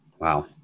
Wow